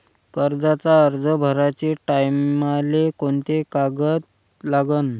कर्जाचा अर्ज भराचे टायमाले कोंते कागद लागन?